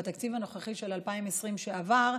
בתקציב הנוכחי של 2020 שעבר,